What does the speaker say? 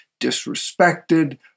disrespected